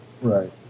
right